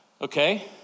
okay